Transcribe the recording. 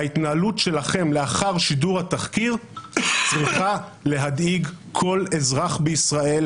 ההתנהלות שלכם לאחר שידור התחקיר צריכה להדאיג כל אזרח בישראל,